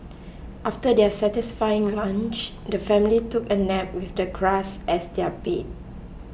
after their satisfying lunch the family took a nap with the grass as their bed